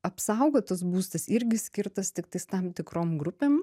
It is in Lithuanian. apsaugotas būstas irgi skirtas tiktais tam tikrom grupėm